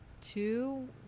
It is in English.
two